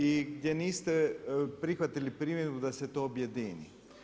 I gdje niste prihvatili primjedbu da se to objedini.